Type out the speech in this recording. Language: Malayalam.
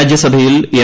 രാജ്യസഭയിൽ എം